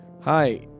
hi